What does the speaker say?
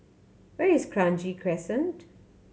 where is Kranji Crescent